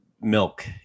milk